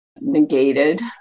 negated